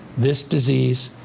this disease.